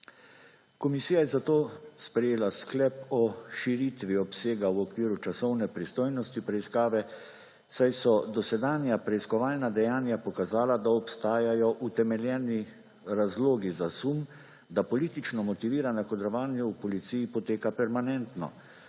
Komisija je zato sprejela sklep o širitvi obsega v okviru časovne pristojnosti preiskave, saj so dosedanja preiskovalna dejanja pokazala, da obstajajo utemeljeni razlogi za sum, da politično motivirana kadrovanja v policiji potekajo permanentno,